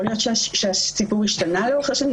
יכול להיות שהסיפור השתנה לאורך השנים?